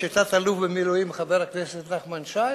שתת-אלוף במילואים חבר הכנסת נחמן שי